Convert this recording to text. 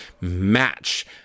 match